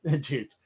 dude